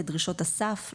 לדרישות הסף,